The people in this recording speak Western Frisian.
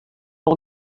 wol